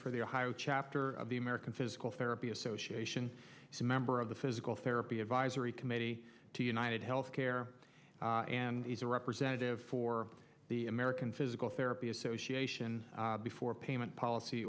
for the ohio chapter of the american physical therapy association some member of the physical therapy advisory committee to united health care and he's a representative for the american physical therapy association before payment policy